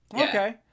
Okay